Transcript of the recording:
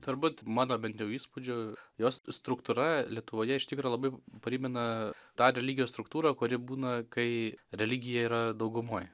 turbūt mano bent jau įspūdžiu jos struktūra lietuvoje iš tikro labai primena tą religijos struktūrą kuri būna kai religija yra daugumoj